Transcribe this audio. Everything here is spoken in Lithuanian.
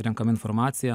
renkama informacija